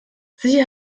sicher